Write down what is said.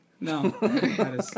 No